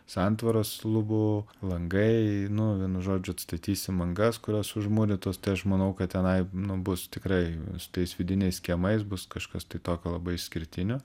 santvaros lubų langai nu vienu žodžiu atstatysim angas kurios užmūrytos tai aš manau ką tenai nu bus tikrai tais vidiniais kiemais bus kažkas tai tokio labai išskirtinio